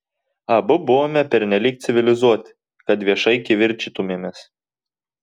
abu buvome pernelyg civilizuoti kad viešai kivirčytumėmės